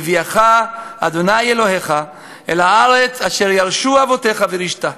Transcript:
והביאך ה' אלהיך אל הארץ אשר ירשו אבתיך וירשתה".